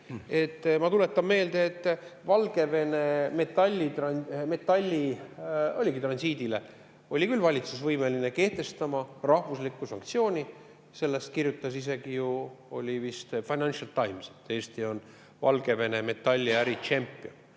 Ma tuletan meelde, et Valgevene metalli transiidile oli valitsus küll võimeline kehtestama rahvusliku sanktsiooni. Sellest kirjutas isegi ju vist Financial Times, et Eesti on Valgevene metalliäri tšempion.